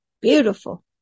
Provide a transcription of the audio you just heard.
Beautiful